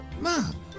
Mom